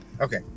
okay